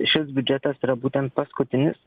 šis biudžetas yra būtent paskutinis